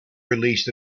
released